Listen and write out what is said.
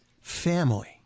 family